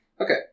Okay